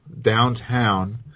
downtown